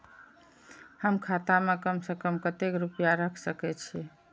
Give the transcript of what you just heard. हम खाता में कम से कम कतेक रुपया रख सके छिए?